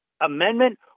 amendment